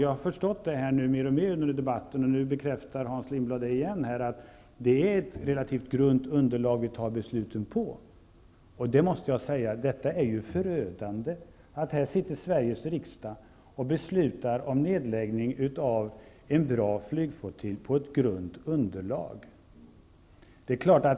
Jag har under debatten mer och mer förstått att det är ett relativt grunt underlag som ligger till grund för besluten, och nu bekräftar Hans Lindblad det igen. Det är förödande att Sveriges riksdag sitter och fattar beslut om nedläggning av en bra flygflottilj på ett grunt underlag.